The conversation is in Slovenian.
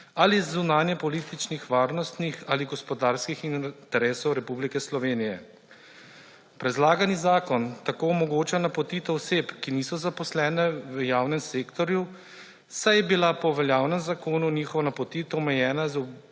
ali zunanjepolitičnih varnostnih ali gospodarskih interesov Republike Slovenije. Predlagani zakon tako omogoča napotitev oseb, ki niso zaposlene v javnem sektorju, saj je bila po veljavnem zakonu njihova napotitev omejena